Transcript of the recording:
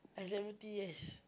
iced lemon tea yes